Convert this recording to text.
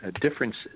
differences